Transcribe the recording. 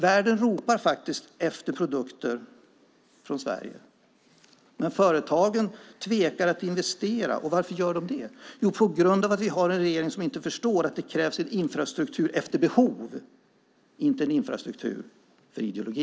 Världen ropar efter produkter från Sverige, men företagen tvekar att investera, och varför gör de det? Jo, på grund av att vi har en regering som inte förstår att det krävs en infrastruktur efter behov och inte en infrastruktur för ideologi.